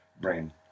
brain